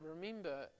Remember